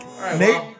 Nate